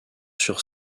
sur